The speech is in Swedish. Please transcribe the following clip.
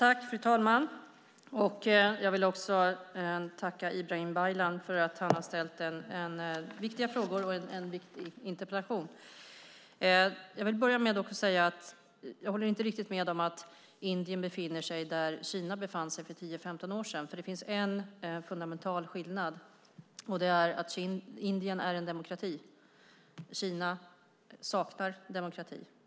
Fru talman! Jag vill tacka Ibrahim Baylan för att han har ställt viktiga frågor och en viktig interpellation. Jag håller inte riktigt med om att Indien befinner sig där Kina befann sig för tio femton år sedan. Det finns en fundamental skillnad, och det är att Indien är en demokrati och Kina saknar demokrati.